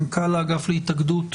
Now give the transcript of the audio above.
מנכ"ל האגף להתאגדות